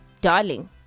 darling